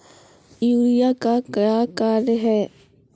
Urea का क्या कार्य हैं?